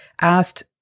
asked